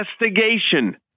investigation